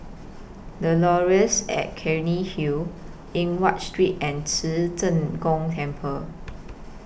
The Laurels At Cairnhill Eng Watt Street and Ci Zheng Gong Temple